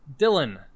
Dylan